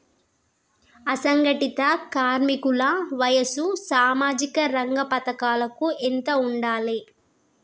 అసంఘటిత కార్మికుల వయసు సామాజిక రంగ పథకాలకు ఎంత ఉండాలే?